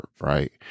right